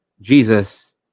Jesus